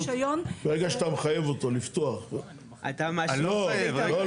ברגע שאתה מחייב אותו לפתוח --- אתה --- לא,